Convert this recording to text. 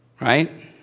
Right